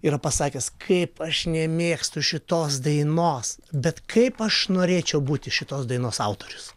yra pasakęs kaip aš nemėgstu šitos dainos bet kaip aš norėčiau būti šitos dainos autorius